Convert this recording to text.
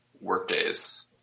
workdays